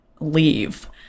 leave